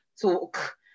talk